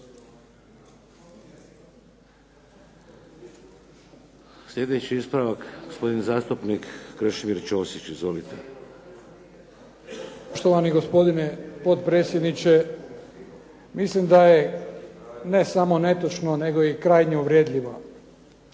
Sljedeći ispravak gospodin zastupnik Krešimir Ćosić. Izvolite. **Ćosić, Krešimir (HDZ)** Štovani gospodine potpredsjedniče. Milim da je ne samo netočno, nego i krajnje uvredljivo